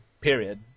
period